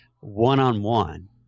one-on-one